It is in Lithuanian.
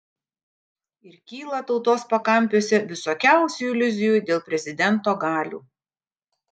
ir kyla tautos pakampiuose visokiausių iliuzijų dėl prezidento galių